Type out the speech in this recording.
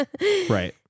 Right